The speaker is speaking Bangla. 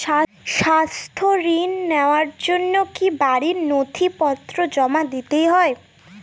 স্বাস্থ্য ঋণ নেওয়ার জন্য কি বাড়ীর নথিপত্র জমা দিতেই হয়?